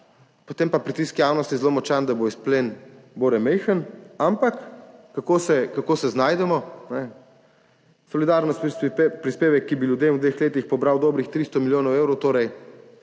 potem pa pritisk javnosti zelo močan, da bo izplen bore majhen. Ampak kako se znajdemo? Solidarnostni prispevek, ki bi ljudem v dveh letih pobral dobrih 300 milijonov evrov, torej